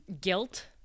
guilt